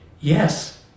yes